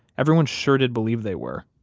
everyone sure did believe they were,